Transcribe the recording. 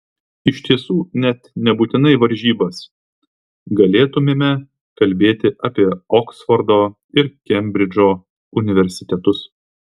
iš tiesų net nebūtinai varžybas galėtumėme kalbėti apie oksfordo ir kembridžo universitetus